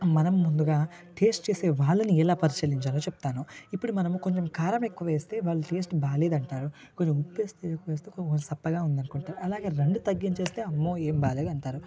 మనం ముందుగా టెస్ట్ చేసే వాళ్ళని ఎలా పరిశీలించాలో చెప్తాను ఇపుడు మనము కొంచెం కారం ఎక్కువ వేస్తే వాళ్ళు టేస్ట్ బాలేదు అంటారు కొంచెం ఉప్పు వేస్తే సప్పగా ఉంది అని అంటారు అలాగే రెండు తగ్గించేస్తే అమ్మో ఏం బాలేదు అంటారు